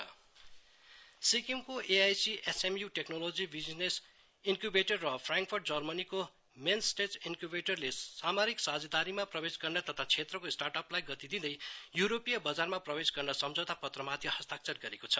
business incubator MOU सिक्किमको AIC SMU technology business incubator र Frankfurt Germany को mainstage incubator ले सामरिक साझेदारीमा प्रवेश गर्न तथ्य क्षेत्रको स्टार्ट अपलाई गति दिदै यूरोपीय बजारमा प्रवेश गर्न सम्झौता पत्रमाथि हस्ताक्षर गरेको छ